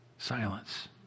Silence